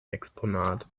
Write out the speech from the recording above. exponat